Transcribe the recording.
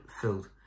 filled